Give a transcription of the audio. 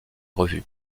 revues